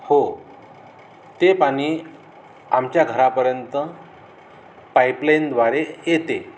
हो ते पाणी आमच्या घरापर्यंत पाईपलाईनद्वारे येते